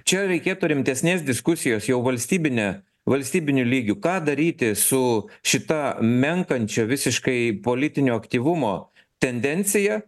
čia reikėtų rimtesnės diskusijos jau valstybine valstybiniu lygiu ką daryti su šita menkančio visiškai politinio aktyvumo tendencija